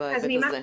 בהיבט הזה?